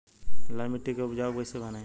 लाल मिट्टी के उपजाऊ कैसे बनाई?